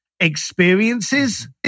experiences